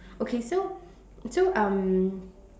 okay so so um